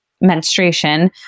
menstruation